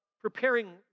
preparing